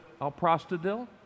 alprostadil